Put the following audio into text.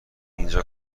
اینجا